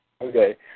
Okay